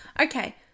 Okay